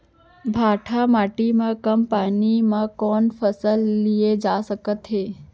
भांठा माटी मा कम पानी मा कौन फसल लिए जाथे सकत हे?